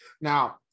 Now